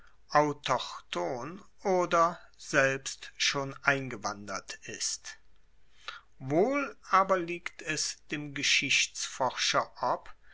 autochthon oder selbst schon eingewandert ist wohl aber liegt es dem geschichtsforscher ob